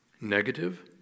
Negative